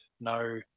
no